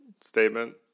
statement